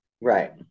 Right